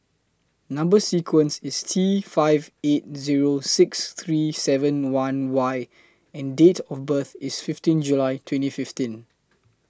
Number sequence IS T five eight Zero six three seven one Y and Date of birth IS fifteen July twenty fifteen